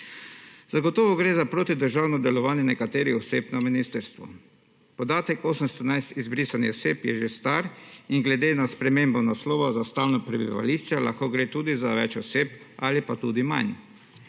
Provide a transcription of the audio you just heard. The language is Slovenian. Zagotovo gre za protidržavno delovanje nekaterih oseb na ministrstvu. Podatek 811 izbrisanih oseb je že star in glede na spremembo naslova za stalno prebivališče lahko gre tudi za več oseb ali pa tudi manj.